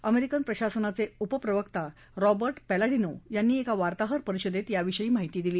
American प्रशासनाचे उपप्रवक्ता Robert Palladino यांनी एका वार्ताहर परिषदेत या विषयी माहिती दिली